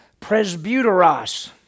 presbyteros